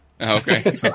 Okay